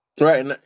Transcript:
Right